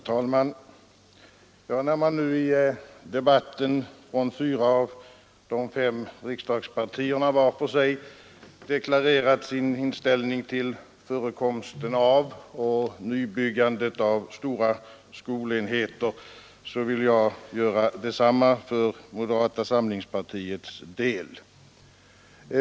Herr talman! När man nu i debatten från fyra av de fem riksdagspartierna var och en deklarerat sin inställning till förekomsten och nybyggandet av stora skolenheter, vill jag göra detsamma för moderata samlingspartiets del.